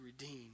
redeem